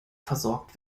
versorgt